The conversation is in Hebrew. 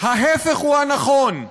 ההפך הוא הנכון.